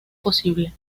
posible